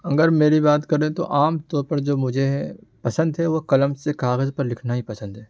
اگر میری بات کریں تو عام طور پر جو مجھے پسند ہے وہ قلم سے کاغذ پر لکھنا ہی پسند ہے